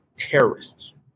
terrorists